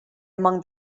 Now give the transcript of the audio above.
among